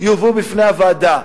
יובאו בפני הוועדה.